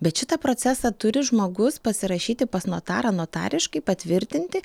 bet šitą procesą turi žmogus pasirašyti pas notarą notariškai patvirtinti